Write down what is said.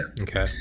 Okay